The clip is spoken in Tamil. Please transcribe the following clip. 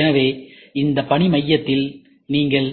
எனவே இந்த பணி மையத்தில் நீங்கள்